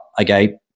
okay